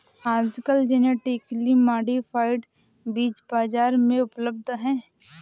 आजकल genetically modified बीज बाजार में उपलब्ध है